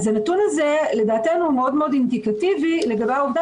הנתון הזה לדעתנו מאוד אינדיקטיבי לגבי העובדה